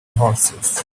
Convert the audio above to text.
horses